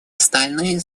остальные